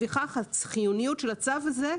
לפיכך החיוניות של הצו הזה,